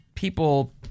People